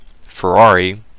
Ferrari